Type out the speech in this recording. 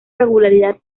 regularidad